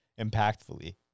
impactfully